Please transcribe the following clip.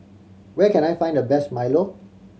where can I find the best milo